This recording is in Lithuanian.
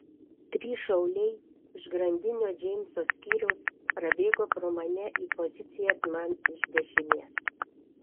trys šauliai iš grandinio džeimso skyriaus prabėgo pro mane į pozicijas man iš dešinės